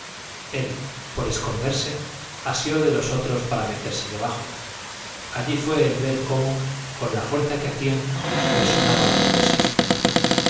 él por esconderse asió de los otros para meterse debajo allí fue el ver cómo con la fuerza que hacían les sonaban los huesos